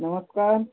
नमस्कार